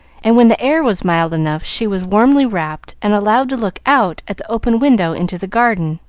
and when the air was mild enough she was warmly wrapped and allowed to look out at the open window into the garden,